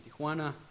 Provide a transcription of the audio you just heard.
Tijuana